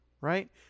right